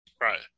right